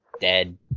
dead